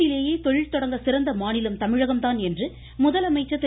நாட்டிலேயே தொழில் தொடங்க சிறந்த மாநிலம் தமிழகம் தான் என்று முதலமைச்சர் திரு